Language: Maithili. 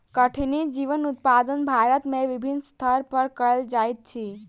कठिनी जीवक उत्पादन भारत में विभिन्न स्तर पर कयल जाइत अछि